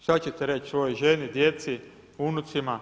Šta ćete reći svojoj ženi, djeci, unucima.